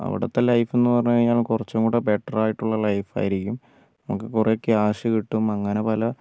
അവിടത്തെ ലൈഫ് എന്ന് പറഞ്ഞു കഴിഞ്ഞാൽ കുറച്ചും കൂടെ ബെറ്ററായിട്ടുള്ള ലൈഫ് ആയിരിക്കും നമുക്ക് കുറെ ക്യാഷ് കിട്ടും അങ്ങനെ പല